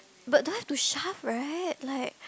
but don't want to shove right like